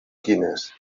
quines